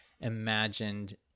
imagined